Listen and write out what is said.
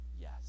yes